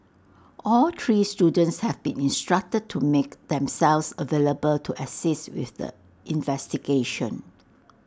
all three students have been instructed to make themselves available to assist with the investigation